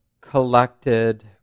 collected